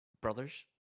brothers